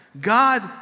God